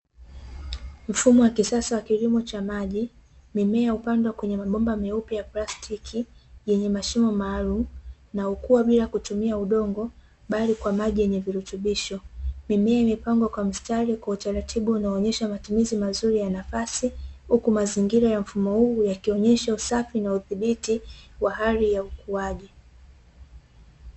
Mfumo wa kisasa wa kilimo cha maji, mimea hupandwa kwenye mabomba meupe ya plastiki, yenye mashimo maalumu na hukua bila kutumia udongo, bali kwa maji yenye virutubisho. Mimea imepangwa kwa mistari kwa utaratibu unoonyesha matumizi mazuri ya nafasi, huku mazingira ya mfumo huu yakionyesha usafi na udhibiti wa hali ya ukuaji.